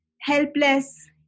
helpless